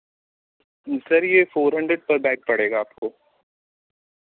sir ये four hundred पर bag पड़ेगा आपको